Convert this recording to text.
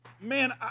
Man